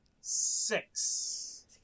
Six